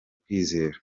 kwizera